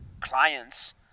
clients